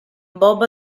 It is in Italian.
bob